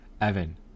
Evan